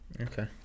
Okay